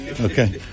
Okay